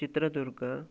Chitradurga